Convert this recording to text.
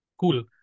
cool